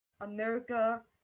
America